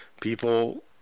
People